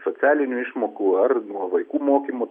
socialinių išmokų ar nuo vaikų mokymo